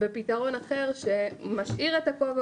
בפתרון אחר שמשאיר את הכובע,